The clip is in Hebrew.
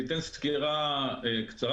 אני אתן סקירה קצרה